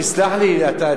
חבל על הזמן.